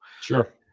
Sure